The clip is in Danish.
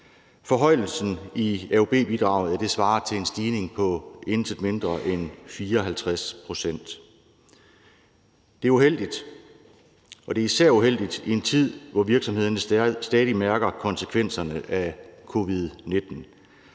Forhøjelsen af AUB-bidraget svarer til en stigning på intet mindre end 54 pct. Det er uheldigt, og det er især uheldigt i en tid, hvor virksomhederne stadig mærker konsekvenserne af covid-19.